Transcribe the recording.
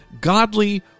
godly